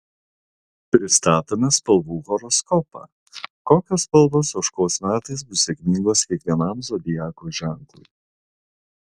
pristatome spalvų horoskopą kokios spalvos ožkos metais bus sėkmingos kiekvienam zodiako ženklui